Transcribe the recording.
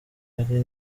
ari